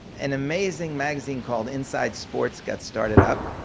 an amazing magazine called inside sports got started up.